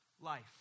life